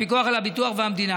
הפיקוח על הביטוח והמדינה.